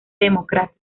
democrático